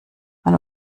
man